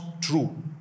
true